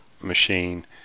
machine